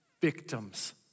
victims